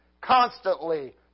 constantly